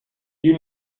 you